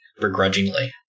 begrudgingly